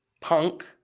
Punk